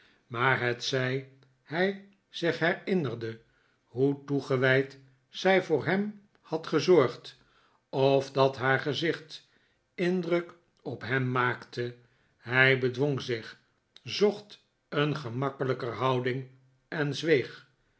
maar hetzij hij zich herinnerde hoe toegewijd zij voor hem had gezorgd of dat haar gezicht indruk op hem maakte hij bedwong zich zocht een gemakkelijker houding en zweeg